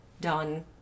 done